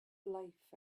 life